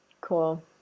cool